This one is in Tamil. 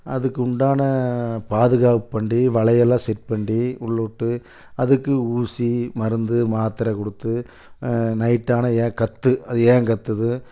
அதுக்கு உண்டான பாதுகாப்பு பண்ணி வலையெல்லாம் செட் பண்ணி உள்ளுவிட்டு அதுக்கு ஊசி மருந்து மாத்திர கொடுத்து நைட் ஆனால் ஏன் கத்துது அது ஏன் கத்துது